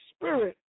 spirit